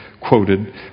quoted